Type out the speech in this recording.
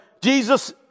Jesus